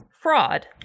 fraud